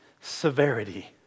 Severity